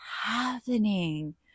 happening